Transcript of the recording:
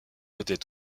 est